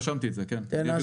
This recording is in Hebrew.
רשמתי את זה, כן.